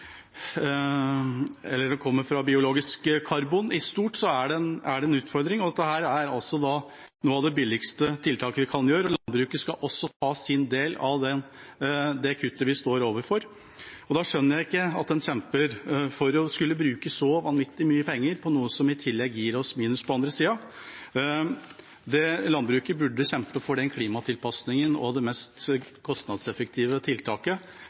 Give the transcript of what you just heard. fra biologisk karbon. Det er en utfordring, og dette er noe av det billigste tiltaket vi kan gjøre. Landbruket skal også ta sin del av det kuttet vi står overfor. Da skjønner jeg ikke at en kjemper for å skulle bruke så vanvittig mye penger på noe som i tillegg gir oss minus på andre siden. Landbruket burde kjempe for den klimatilpasningen og det mest kostnadseffektive tiltaket